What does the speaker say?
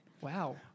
Wow